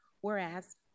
whereas